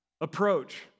approach